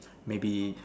maybe